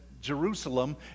Jerusalem